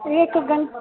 एकघण्टा